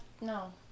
no